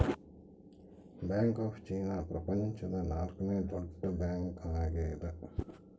bank of China ಪ್ರಪಂಚದ ನಾಲ್ಕನೆ ದೊಡ್ಡ ಬ್ಯಾಂಕ್ ಆಗ್ಯದ